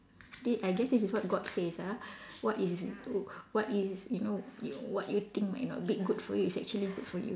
did I guess it is what god says ah what is w~ what is you know you what you think might not be good for you is actually good for you